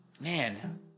man